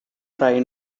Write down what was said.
try